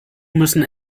müssen